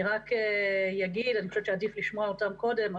אני חושבת שעדיף לשמוע אותם קודם,